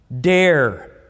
Dare